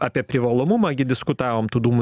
apie privalomumą gi diskutavom tų dūmų